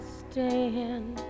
stand